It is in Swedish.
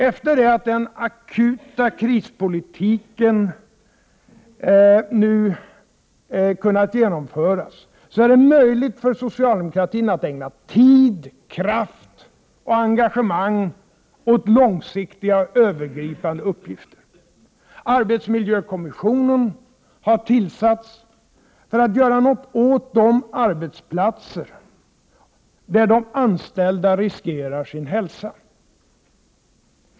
Efter den akuta krispolitiken är det nu möjligt för socialdemokratin att ägna tid, kraft och engagemang åt långsiktiga och övergripande uppgifter: - Arbetsmiljökommissionen har tillsatts för att göra något åt de arbetsplatser där de antällda riskerar sin hälsa.